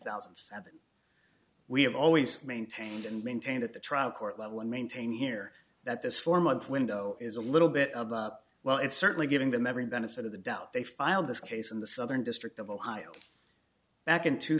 thousand and seven we have always maintained and maintained at the trial court level and maintained here that this four month window is a little bit well it's certainly giving them every benefit of the doubt they filed this case in the southern district of ohio back in two